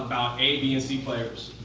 a, b and c players.